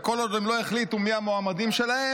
וכל עוד הם לא החליטו מי המועמדים שלהם,